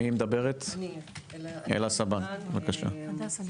אלה סבן, בבקשה.